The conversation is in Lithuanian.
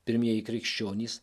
pirmieji krikščionys